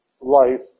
life